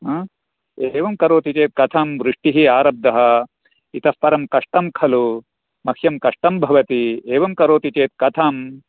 एवं करोति चेत् कथं वृष्टिः आरब्धः इतः परं कष्टं खलु मह्यं कष्टं भवति एवं करोति चेत् कथं